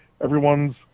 everyone's